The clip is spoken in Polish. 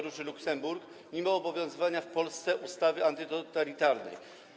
Róży Luksemburg mimo obowiązywania w Polsce ustawy antytotalitarnej.